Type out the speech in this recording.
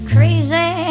Crazy